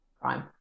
Crime